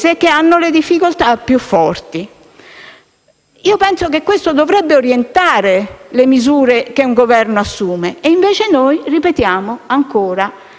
che hanno le difficoltà più forti. Penso che questo dovrebbe orientare le misure di un Governo; noi, invece, ripetiamo ancora